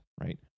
right